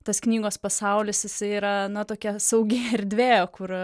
tas knygos pasaulis jisai yra na tokia saugi erdvė kur